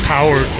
Power